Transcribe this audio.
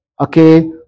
Okay